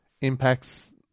impacts